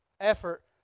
effort